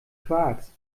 quarks